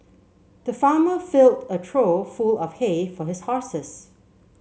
the farmer filled a trough full of hay for his horses